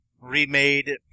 remade